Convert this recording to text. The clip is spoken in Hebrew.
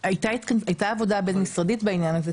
הייתה עבודה בין משרדית בעניין הזה,